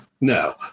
No